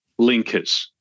linkers